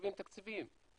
משאבים תקציביים.